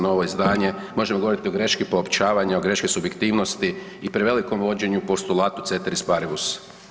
Novo izdanje možemo govoriti o greški poopćavanja, o greški subjektivnosti i prevelikom vođenju postulatu cetris paribus.